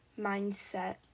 mindset